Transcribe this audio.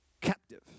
captive